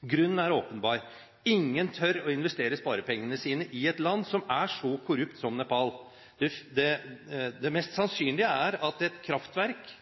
Grunnen er åpenbar: Ingen tør å investere sparepengene sine i et land som er så korrupt som Nepal. Det mest sannsynlige er at et kraftverk,